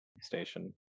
station